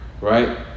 right